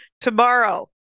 tomorrow